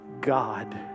God